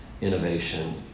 innovation